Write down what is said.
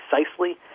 precisely